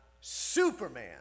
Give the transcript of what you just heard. superman